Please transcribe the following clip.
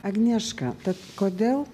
agnieška tad kodėl